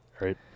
Right